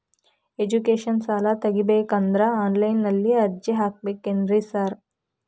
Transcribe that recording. Education ಸಾಲ ತಗಬೇಕಂದ್ರೆ online ನಲ್ಲಿ ಅರ್ಜಿ ಹಾಕ್ಬೇಕೇನ್ರಿ ಸಾರ್?